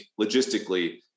logistically